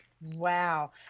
Wow